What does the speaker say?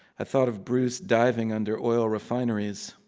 i thought of bruce diving under oil refineries.